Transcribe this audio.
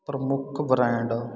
ਪ੍ਰਮੁੱਖ ਬਰੈਂਡ